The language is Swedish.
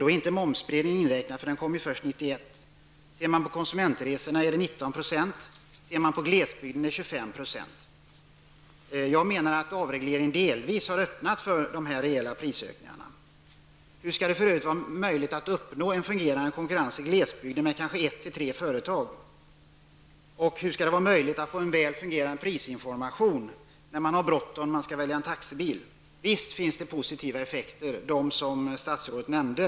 Då är inte momspålägget inräknat, eftersom det kom först Ser man till konsumentresorna har priserna ökat med 19 % och i glesbygden med 25 %. Jag menar att avregleringen delvis har öppnat för dessa rejäla prishöjningar. Hur skall det för övrigt vara möjligt att uppnå en fungerande konkurrens i glesbygden med kanske ett till tre företag? Hur skall det vara möjligt att få en väl fungerande prisinformation när man har bråttom och skall välja en taxibil? Visst finns det positiva effekter, bl.a. de som statsrådet nämnde.